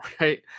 right